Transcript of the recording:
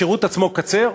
השירות עצמו קצר,